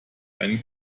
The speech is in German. einen